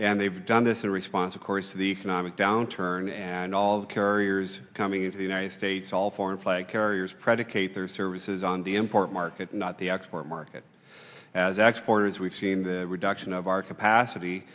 and they've done this in response of course of the economic downturn and all the carriers coming to the united states all foreign flag carriers predicate their services on the import market not the export market as export as we've seen the reduction of our capacity